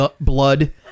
blood